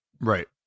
Right